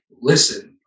listen